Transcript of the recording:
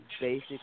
basic